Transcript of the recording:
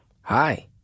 Hi